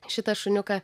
šitą šuniuką